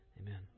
Amen